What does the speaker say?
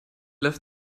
left